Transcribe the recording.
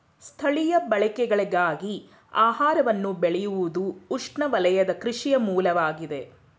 ಸ್ಥಳೀಯ ಬಳಕೆಗಳಿಗಾಗಿ ಆಹಾರವನ್ನು ಬೆಳೆಯುವುದುಉಷ್ಣವಲಯದ ಕೃಷಿಯ ಮೂಲವಾಗಿದೆ